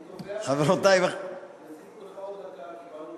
אני קובע שיוסיפו לך עוד דקה על,